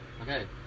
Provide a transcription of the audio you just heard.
okay